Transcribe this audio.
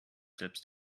selbst